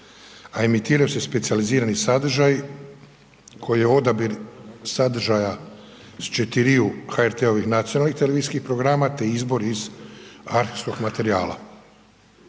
a emitiraju se specijalizirani sadržaji koji je odabir sadržaja s četiriju HRT-ovih nacionalnih televizijskih programa te izbor iz arhivskog materijala.